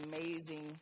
amazing